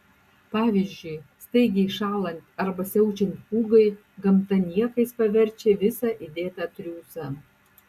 pavyzdžiui staigiai šąlant arba siaučiant pūgai gamta niekais paverčia visą įdėtą triūsą